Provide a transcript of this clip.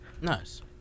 Nice